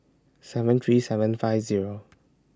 seven three seven five Zero